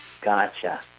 gotcha